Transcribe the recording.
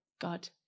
God